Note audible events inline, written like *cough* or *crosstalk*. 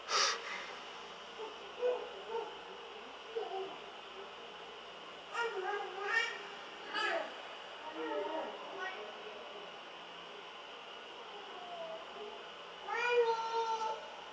*laughs*